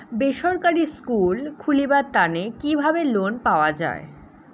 বেসরকারি স্কুল খুলিবার তানে কিভাবে লোন পাওয়া যায়?